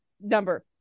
Number